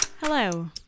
Hello